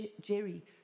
Jerry